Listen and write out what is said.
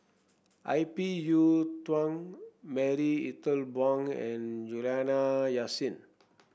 I P Yiu Tung Marie Ethel Bong and Juliana Yasin